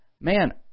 man